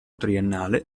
triennale